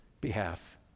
behalf